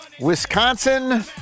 Wisconsin